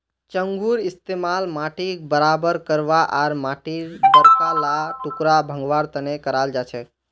चंघूर इस्तमाल माटीक बराबर करवा आर माटीर बड़का ला टुकड़ा भंगवार तने कराल जाछेक